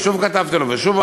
וכתבתי לו שוב,